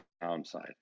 downside